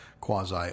quasi